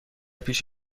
پیش